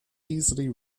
easily